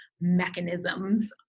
mechanisms